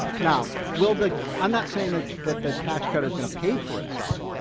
now will the, i'm not saying that that the tax code is going to pay for itself.